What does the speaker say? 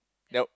yup